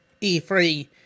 E3